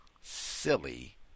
silly